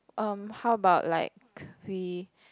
um how about like we